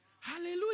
hallelujah